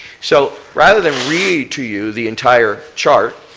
so rather than read to you the entire chart,